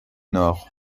nord